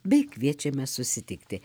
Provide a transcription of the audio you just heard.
bei kviečiame susitikti